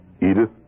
Edith